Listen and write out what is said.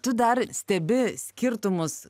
tu dar stebi skirtumus